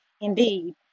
Indeed